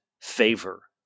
favor